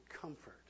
comfort